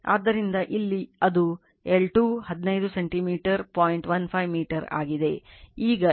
ಆದ್ದರಿಂದ ಇಲ್ಲಿ ಅದು L 2 15 ಸೆಂಟಿಮೀಟರ್ 0